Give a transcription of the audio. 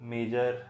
Major